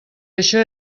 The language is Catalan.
això